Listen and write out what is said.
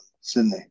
Sydney